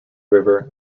river